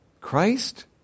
christ